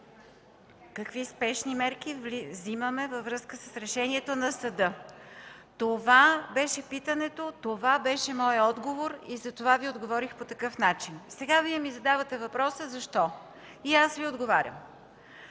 какви спешни мерки вземаме във връзка с приетото решение на съда? Това беше питането, това беше моят отговор. Затова Ви отговорих по такъв начин. Сега Вие ми задавате въпроса: „Защо?” и аз Ви отговарям.